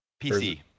PC